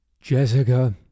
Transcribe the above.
Jessica